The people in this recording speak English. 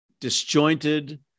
disjointed